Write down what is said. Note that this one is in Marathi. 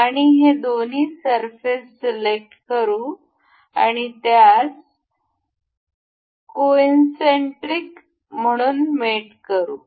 आम्ही हे दोन्ही सरफेस सिलेक्ट करू आणि त्यास कोनसेंटरिक म्हणून मेट करू